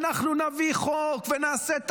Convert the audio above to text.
אנחנו נביא חוק ונעשה את